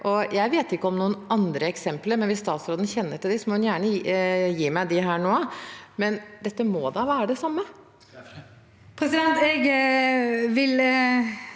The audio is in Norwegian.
Jeg vet ikke om noen andre eksempler, men hvis statsråden kjenner til det, må hun gjerne gi meg dem nå. Men dette må da være det samme?